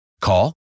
Call